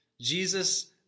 Jesus